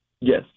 Yes